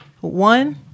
One